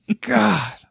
God